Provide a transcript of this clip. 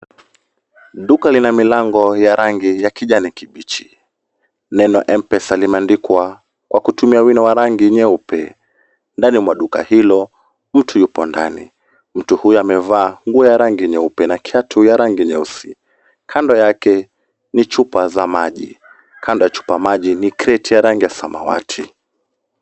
Duka lina milango ya rangi ya kijani kibichi ,neno Mpesa limeandikwa kutumia kwa wino wa rangi nyeupe, ndani mwa duka hili mtu yupo ndani ,mtu huyu amevaa nguo ya rangi nyeupe na kiatu ya rangi nyeusi, kando yake ni chupa za maji ,kando ya chupa maji ni kreti ya rangi ya samawati.